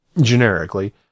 generically